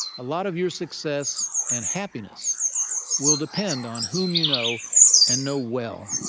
a lot of your success and happiness will depend on whom you know and know well.